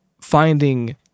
finding